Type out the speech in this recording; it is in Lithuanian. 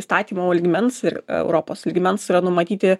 įstatymo lygmens ir europos lygmens yra numatyti